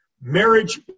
marriage